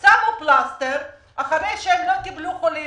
שמו פלסטר, אחרי שהם לא קיבלו חולים.